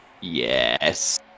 Yes